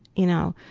you know.